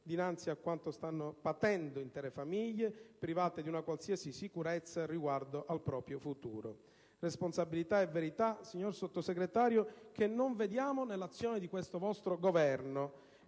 dinanzi a quanto stanno patendo intere famiglie private di una qualsiasi sicurezza riguardo al proprio futuro. Responsabilità e verità, signor Sottosegretario, che non scorgiamo nell'azione del Governo